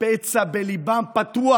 שהפצע בליבם פתוח,